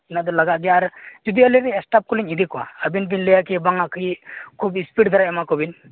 ᱚᱱᱟᱫᱚ ᱞᱟᱜᱟᱜ ᱜᱮᱭᱟ ᱟᱨ ᱡᱩᱫᱤ ᱟᱹᱞᱤᱞᱤᱧ ᱤᱥᱴᱟᱯᱷᱠᱚᱞᱤᱧ ᱤᱫᱤ ᱠᱚᱣᱟ ᱟᱵᱮᱱᱵᱮᱱ ᱞᱟᱹᱭᱟ ᱠᱤ ᱵᱟᱝᱟ ᱠᱤ ᱩᱱᱠᱩ ᱤᱥᱯᱤᱰ ᱫᱷᱟᱨᱟ ᱮᱢᱟᱠᱚᱵᱮᱱ